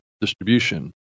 distribution